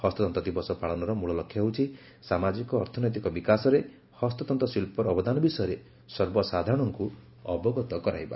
ହସ୍ତତ୍ତ ଦିବସ ପାଳନର ମୂଳ ଲକ୍ଷ୍ୟ ହେଉଛି ସାମାଜିକ ଅର୍ଥନୈତିକ ବିକାଶରେ ହସ୍ତତନ୍ତ ଶିଳ୍ପର ଅବଦାନ ବିଷୟରେ ସର୍ବସାଧାରଣଙ୍କୁ ଅବଗତ କରାଇବା